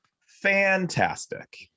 fantastic